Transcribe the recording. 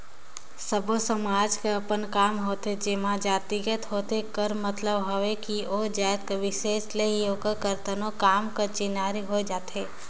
सब्बो समाज कर अपन काम होथे जेनहा जातिगत होथे कहे कर मतलब हवे कि ओ जाएत बिसेस ले ही ओकर करतनो काम कर चिन्हारी होए जाथे